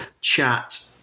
chat